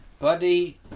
Buddy